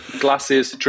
glasses